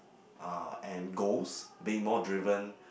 uh and goals being more driven